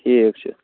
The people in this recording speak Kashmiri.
ٹھیٖک چھُ